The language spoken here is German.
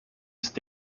ist